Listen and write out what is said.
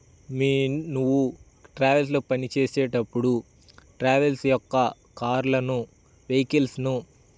మీ నువ్వు ట్రావెల్స్లో పనిచేసేటప్పుడు ట్రావెల్స్ యొక్క కార్లను వేకిల్స్ను